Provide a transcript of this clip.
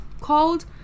called